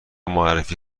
معرفی